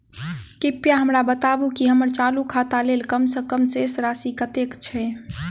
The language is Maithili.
कृपया हमरा बताबू की हम्मर चालू खाता लेल कम सँ कम शेष राशि कतेक छै?